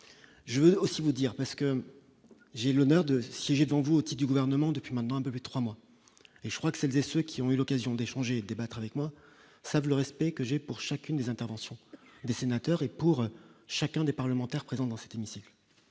je veux aussi vous dire parce que j'ai l'honneur de siéger vous aussi du gouvernement depuis maintenant un peu plus de 3 mois et je crois que celles et ceux qui ont eu l'occasion d'échanger, débattre avec moi savent le respect que j'ai pour chacune des interventions des sénateurs et pour chacun des parlementaires présents dans cette émission,